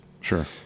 sure